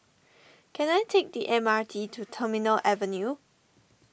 can I take the M R T to Terminal Avenue